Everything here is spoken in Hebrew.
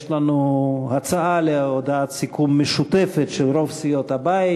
יש לנו הצעה להודעת סיכום משותפת של רוב סיעות הבית.